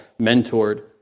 mentored